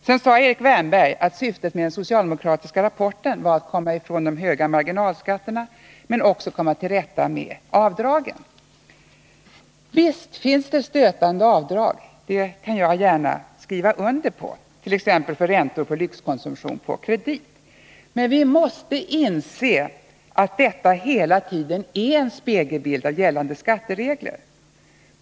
Erik Wärnberg sade också att syftet med förslagen i den socialdemokratiska rapporten var dels att komma ifrån de höga marginalskatterna, dels också att komma till rätta med avdragen. Visst finns det stötande avdrag — det kan jag gärna skriva under på t.ex. avdrag för räntor vid lyxkonsumtion på kredit. Men vi måste inse att detta hela tiden är en spegelbild av gällande skatteregler.